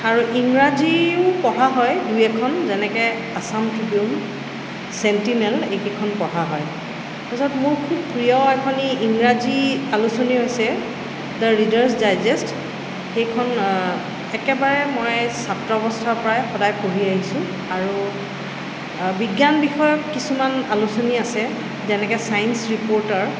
আৰু ইংৰাজীও পঢ়া হয় দুই এখন যেনেকৈ আছাম ট্ৰিবিউন চেন্ট্ৰিনেল এইকেইখন পঢ়া হয় তাৰপাছত মোৰ খুব প্ৰিয় এখনি ইংৰাজী আলোচনীও আছে দ্যা ৰিডাৰ্ছ ডাইজেষ্ট সেইখন একেবাৰে মই ছাত্ৰ অৱস্থাৰপৰাই সদায় পঢ়ি আহিছোঁ আৰু এই বিজ্ঞান বিষয়ক কিছুমান আলোচনী আছে যেনেকৈ চাইন্চ ৰিপৰ্টাৰ